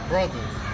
Brothers